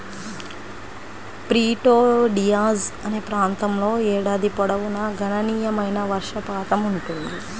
Prieto Diaz అనే ప్రాంతంలో ఏడాది పొడవునా గణనీయమైన వర్షపాతం ఉంటుంది